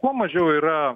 kuo mažiau yra